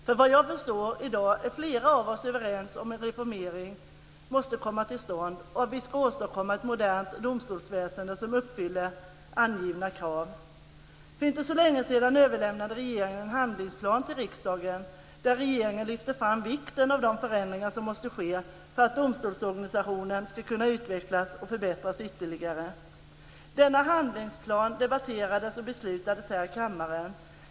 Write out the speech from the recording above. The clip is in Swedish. Såvitt jag förstår i dag är flera av oss överens om att en reformering måste komma till stånd om vi ska åstadkomma ett modernt domstolsväsende som uppfyller angivna krav. För inte så länge sedan överlämnade regeringen en handlingsplan till riksdagen där regeringen lyfte fram vikten av de förändringar som måste ske för att domstolsorganisationen ska kunna utvecklas och förbättras ytterligare. Denna handlingsplan debatterades och beslutades här i kammaren.